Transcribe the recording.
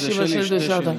כן, זה שלי, שתי שאילתות.